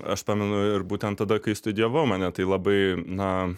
aš pamenu ir būtent tada kai studijavau mane tai labai na